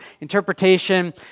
interpretation